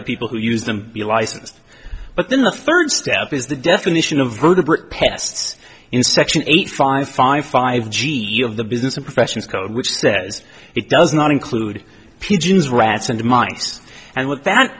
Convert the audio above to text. that people who use them be licensed but then the third step is the definition of vertebrate pests in section eight five five five g of the business and professions code which says it does not include pigeons rats and mice and what that